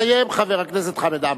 ויסיים, חבר הכנסת חמד עמאר.